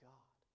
God